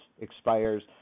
expires